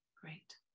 Great